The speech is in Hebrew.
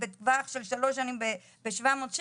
עכשיו לגמישות בשעות לא היה פה בשנתיים האחרונות.